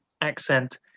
accent